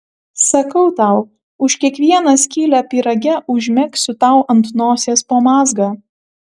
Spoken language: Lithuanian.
sakau tau už kiekvieną skylę pyrage užmegsiu tau ant nosies po mazgą